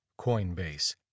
Coinbase